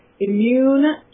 immune